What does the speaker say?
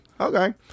Okay